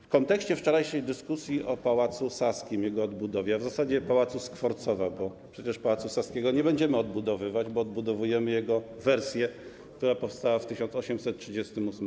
W kontekście wczorajszej dyskusji o Pałacu Saskim, jego odbudowie, a w zasadzie pałacu Skwarcowa, bo przecież Pałacu Saskiego nie będziemy odbudowywać, bo odbudowujemy jego wersję, która powstała w roku 1838.